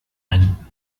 ein